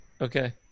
Okay